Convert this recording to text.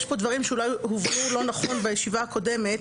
יש כאן דברים שאולי הובנו לא נכון בישיבה הקודמת,